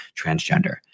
transgender